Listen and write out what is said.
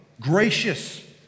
Gracious